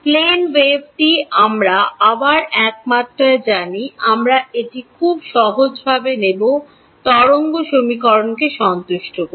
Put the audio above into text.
plane ওয়েভটি আমরা আবার এক মাত্রায় জানি আমরা এটি খুব সহজভাবে নেব তরঙ্গ সমীকরণকে সন্তুষ্ট করে